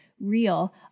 real